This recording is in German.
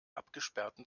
abgesperrten